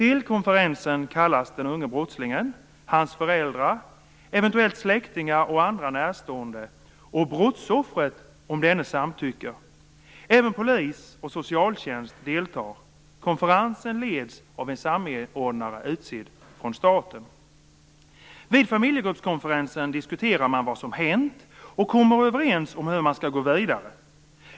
Till konferensen kallas den unge brottslingen, hans föräldrar, eventuellt släktingar, andra närstående och brottsoffret, om denne samtycker. Även polis och socialtjänst deltar. Konferensen leds av en samordnare utsedd av staten. Vid familjegruppskonferensen diskuterar man vad som har hänt och kommer överens om hur man skall gå vidare.